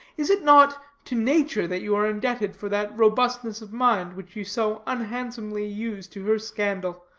is it not to nature that you are indebted for that robustness of mind which you so unhandsomely use to her scandal?